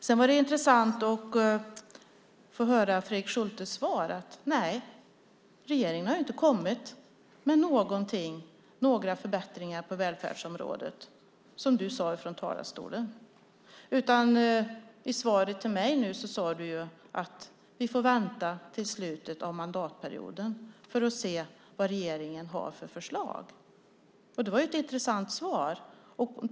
Sedan var det intressant att få höra Fredrik Schultes svar att regeringen inte har kommit med några förbättringar på välfärdsområdet, vilket han sade i talarstolen. I svaret till mig nu sade han att vi får vänta till slutet av mandatperioden för att se vilka förslag regeringen har. Det var ett intressant svar.